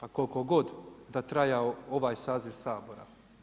A koliko god da trajao ovaj saziv Sabora.